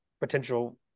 potential